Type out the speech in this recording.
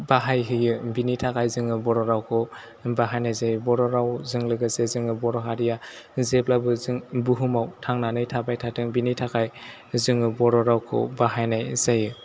बाहायहैयो बिनि थाखाय जोङो बर' रावखौ बाहायनाय जायो बर' रावजों लोगोसे जोङो बर' हारिया जेब्लाबो जों बुहुमआव थांनानै थाबाय थाथों बिनि थाखाय जोङो बर' रावखौ बाहायनाय जायो